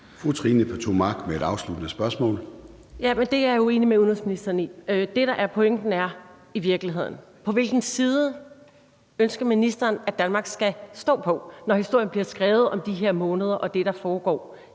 Trine Pertou Mach (EL): Jamen det er jeg uenig med udenrigsministeren i. Det, der er pointen, er i virkeligheden: På hvilken side ønsker ministeren at Danmark skal stå, når historien bliver skrevet om de her måneder og det, der foregår